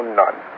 none